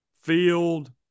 field